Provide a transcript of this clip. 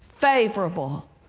favorable